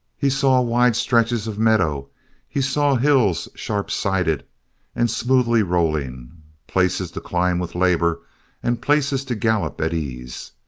he saw wide stretches of meadow he saw hills sharpsided and smoothly rolling places to climb with labor and places to gallop at ease.